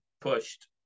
pushed